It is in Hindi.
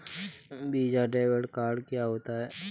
वीज़ा डेबिट कार्ड क्या होता है?